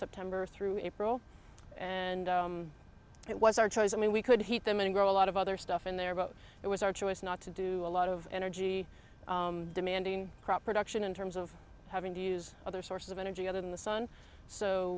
september through april and it was our choice i mean we could heat them and grow a lot of other stuff in there but it was our choice not to do a lot of energy demanding crop production in terms of having to use other sources of energy other than the sun so